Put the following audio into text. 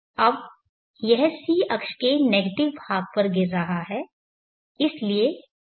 अब यह c अक्ष के नेगेटिव भाग पर गिर रहा है इसलिए माइनस है